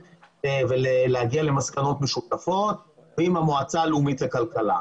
ולהגיע למסקנות משותפות ועם המועצה הלאומית לכלכלה.